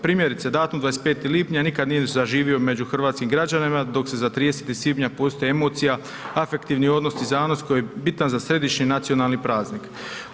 Primjerice, datum 25. lipnja nikad nije zaživio među hrvatskim građanima, dok se 30. svibnja postoji emocija, afektivni odnos i zanos koji je bitan za središnji nacionalni praznik.